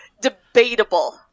Debatable